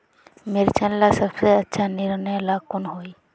मिर्चन ला सबसे अच्छा निर्णय ला कुन होई?